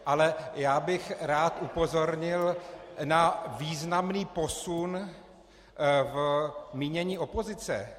Ale já bych rád upozornil na významný posun v mínění opozice.